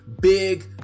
big